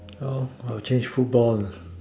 how I will change football